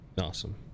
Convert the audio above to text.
Awesome